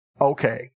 okay